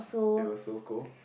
it was Sogou